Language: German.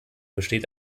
besteht